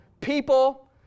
people